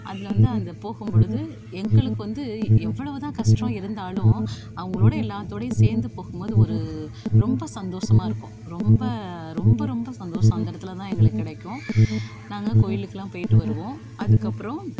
அதில் வந்து அந்த போகும்பொழுது எங்களுக்கு வந்து எவ்வளவு தான் கஷ்டம் இருந்தாலும் அவங்களோட எல்லாத்தோடயும் சேர்ந்து போகும்போது ஒரு ரொம்ப சந்தோஷமா இருக்கும் ரொம்ப ரொம்ப ரொம்ப சந்தோஷம் அந்த இடத்துல தான் எங்களுக்கு கிடைக்கும் நாங்கள் கோவிலுக்குலாம் போய்ட்டு வருவோம் அதுக்கப்புறம்